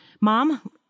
mom